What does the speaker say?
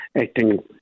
acting